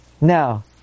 Now